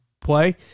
play